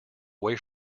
away